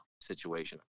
situation